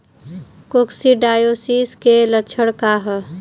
Coccidiosis के लक्षण का ह?